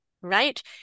right